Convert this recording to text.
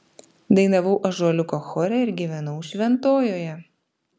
dainavau ąžuoliuko chore ir gyvenau šventojoje